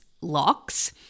locks